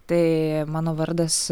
tai mano vardas